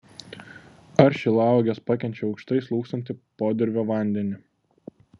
ar šilauogės pakenčia aukštai slūgsantį podirvio vandenį